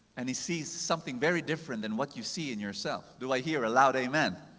and he sees something very different than what you see in yourself. do i hear a loud amen?